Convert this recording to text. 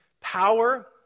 power